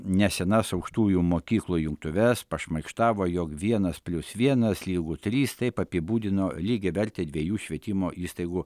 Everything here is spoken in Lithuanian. nesenas aukštųjų mokyklų jungtuves pašmaikštavo jog vienas plius vienas lygu trys taip apibūdino lygiavertę dviejų švietimo įstaigų